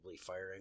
firing